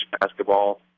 basketball